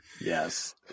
Yes